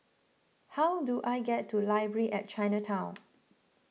how do I get to Library at Chinatown